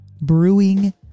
brewing